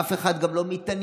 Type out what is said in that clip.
אף אחד גם לא מתעניין.